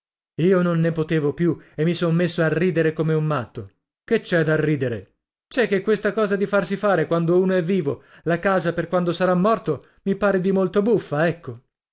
io non ne potevo più e mi son messo a ridere come un matto che c'è da ridere c'è che questa cosa di farsi fare quando uno è vivo la casa per quando sarà morto mi pare dimolto buffa ecco